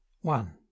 one